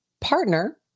partner